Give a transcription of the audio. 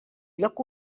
lloc